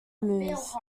move